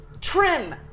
trim